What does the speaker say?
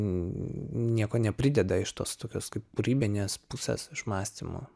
nieko neprideda iš tos tokios kaip kūrybinės pusės iš mąstymo